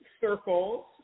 circles